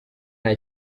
nta